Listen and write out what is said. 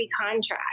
contract